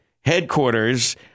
Headquarters